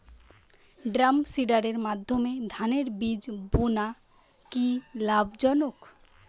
ড্রামসিডারের মাধ্যমে ধানের বীজ বোনা কি লাভজনক?